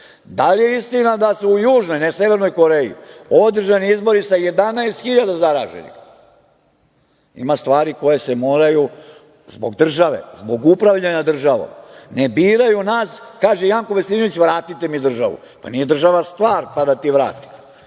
li je istina da su u Južnoj, ne Severnoj, Koreji održani izbori sa 11.000 zaraženih? Ima stvari koje se moraju zbog države, zbog upravljanja državom. Ne biraju nas… Kaže Janko Veselinović, vratite mi državu. Pa, nije država stvar pa da ti vratimo.